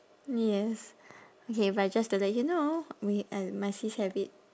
yes okay but I just started you know me and my sis have it